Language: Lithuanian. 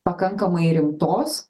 pakankamai rimtos